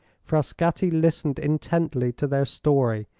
frascatti listened intently to their story.